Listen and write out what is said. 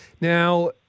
Now